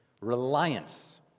reliance